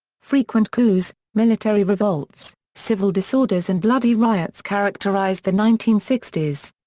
frequent coups, military revolts, civil disorders and bloody riots characterized the nineteen sixty s.